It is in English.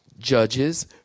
Judges